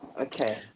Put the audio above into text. Okay